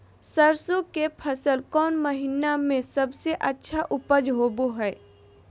सरसों के फसल कौन महीना में सबसे अच्छा उपज होबो हय?